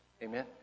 Amen